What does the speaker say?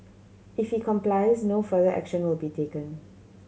if he complies no further action will be taken